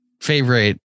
favorite